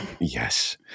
Yes